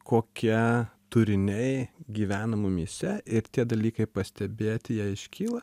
kokia turiniai gyvena mumyse ir tie dalykai pastebėti jei iškyla